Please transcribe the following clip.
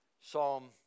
Psalm